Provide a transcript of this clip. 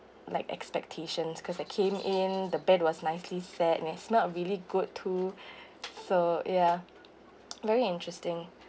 like expectations cause I came in the bed was nicely set and it smelled really good too so ya very interesting